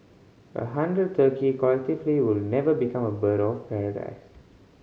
a hundred turkey collectively will never become a bird of paradise